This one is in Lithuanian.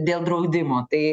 dėl draudimo tai